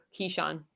Keyshawn